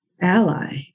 ally